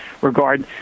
regard